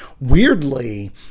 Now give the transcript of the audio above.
weirdly